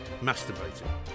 masturbating